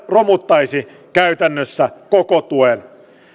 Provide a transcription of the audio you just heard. romuttaisi käytännössä koko tuen